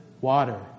water